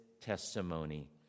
testimony